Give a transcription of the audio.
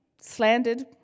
slandered